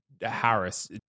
Harris-